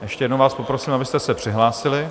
Ještě jednou vás poprosím, abyste se přihlásili.